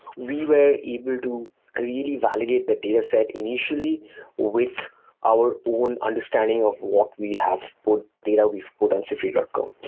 we were able to really validate that data set initially with our own understanding of what we have put data we've put on siftery dot com.